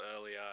earlier